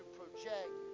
project